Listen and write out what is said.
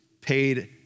paid